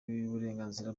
y’uburenganzira